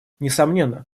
несомненно